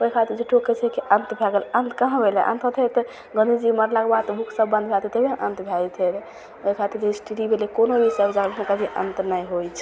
ओहि खातिर झुठ्ठोके कहै छै अन्त भै गेलै अन्त कहाँ भेलै अन्त होतै रहै तऽ गाँधीजी मरलाके बाद तऽ बुक सब बन्द भै जएतै तभिए ने अन्त भै जएतै रहै ओहि खातिर हिस्ट्री भेलै कोनो भी सबजेक्टके कभी कोनो कभी अन्त नहि होइ छै